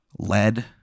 Lead